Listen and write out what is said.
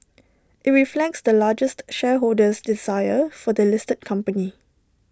IT reflects the largest shareholder's desire for the listed company